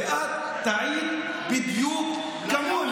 ואת טעית בדיוק גמור.